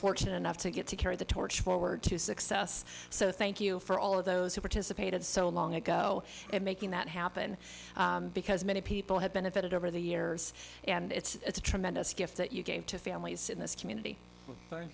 fortunate enough to get to carry the torch forward to success so thank you for all of those who participated so long ago and making that happen because many people have benefited over the years and it's a tremendous gift that you gave to families in this community